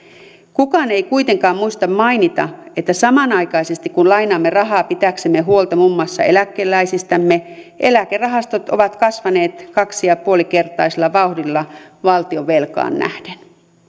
kukaan ei kuitenkaan muista mainita että samanaikaisesti kun lainaamme rahaa pitääksemme huolta muun muassa eläkeläisistämme eläkerahastot ovat kasvaneet kaksi pilkku viisi kertaisella vauhdilla valtionvelkaan nähden